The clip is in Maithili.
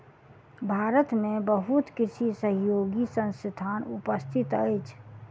भारत में बहुत कृषि सहयोगी संस्थान उपस्थित अछि